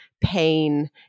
pain